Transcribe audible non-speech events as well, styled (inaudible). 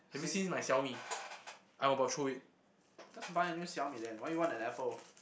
Sing~ (noise) just buy a new Xiaomi then why you want an Apple